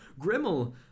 Grimmel